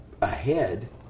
ahead